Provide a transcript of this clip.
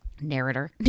Narrator